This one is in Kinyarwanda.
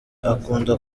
akunda